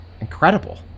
incredible